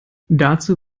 dazu